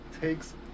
takes